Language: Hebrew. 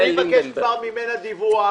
אני מבקש ממנה דיווח